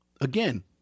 Again